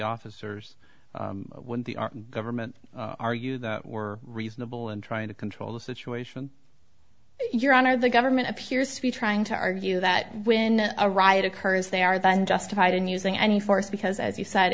officers when the government argue that we're reasonable and trying to control the situation your honor the government appears to be trying to argue that when a riot occurs they are then justified in using any force because as you said